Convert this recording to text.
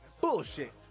Bullshit